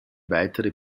weitere